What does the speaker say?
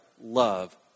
love